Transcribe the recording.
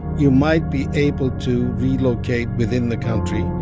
you might be able to relocate within the country,